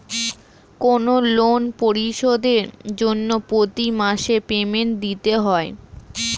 কোনো লোন পরিশোধের জন্য প্রতি মাসে পেমেন্ট দিতে হয়